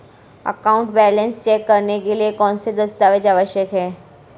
Account balance check करने के लिए कौनसे दस्तावेज़ आवश्यक हैं?